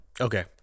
Okay